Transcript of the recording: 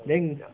then